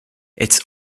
its